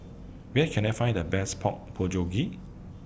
Where Can I Find The Best Pork Bulgogi